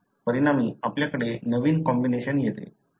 परिणामी आपल्याकडे नवीन कॉम्बिनेशन येते